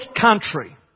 country